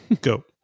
Go